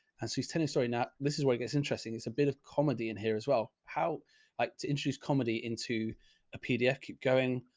and so he's telling a story. now this is where it gets interesting. it's a bit of comedy in here as well. how like to introduce comedy into a pdf. keep going.